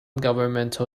governmental